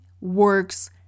works